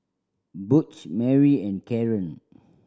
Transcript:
Butch Mari and Caren